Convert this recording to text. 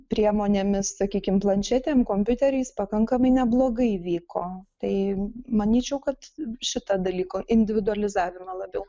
priemonėmis sakykim planšetėm kompiuteriais pakankamai neblogai vyko tai manyčiau kad šito dalyko individualizavimą labiau